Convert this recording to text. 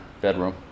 bedroom